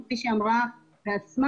וכפי שהיא אמרה בעצמה,